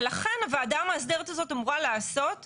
ולכן הוועדה המאסדרת הזאת אמורה לעשות איזונים.